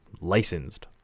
licensed